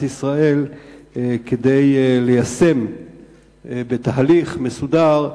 ישראל ליישם את ההמלצות בתהליך מסודר.